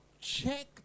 check